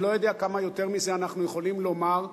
אני לא יודע כמה יותר מזה אנחנו יכולים לומר.